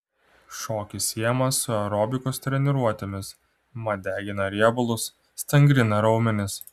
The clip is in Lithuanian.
šokis siejamas su aerobikos treniruotėmis mat degina riebalus stangrina raumenis